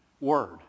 Word